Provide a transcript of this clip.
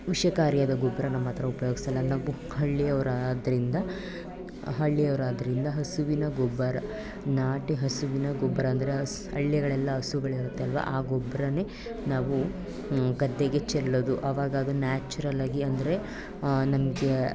ವಿಷಕಾರಿಯಾದ ಗೊಬ್ಬರನ ಮಾತ್ರ ಉಪಯೋಗ್ಸೋಲ್ಲ ನಾವು ಹಳ್ಳಿಯವರಾದ್ದರಿಂದ ಹಳ್ಳಿಯವರಾದ್ದರಿಂದ ಹಸುವಿನ ಗೊಬ್ಬರ ನಾಟಿ ಹಸುವಿನ ಗೊಬ್ಬರ ಅಂದರೆ ಹಸ್ ಹಳ್ಳಿಗಳಲ್ಲಿ ಹಸುಗಳಿರುತ್ತಲ್ವ ಆ ಗೊಬ್ಬರನೇ ನಾವು ಗದ್ದೆಗೆ ಚೆಲ್ಲೋದು ಆವಾಗದು ನ್ಯಾಚುರಲ್ಲಾಗಿ ಅಂದರೆ ನಮಗೆ